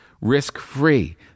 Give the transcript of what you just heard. risk-free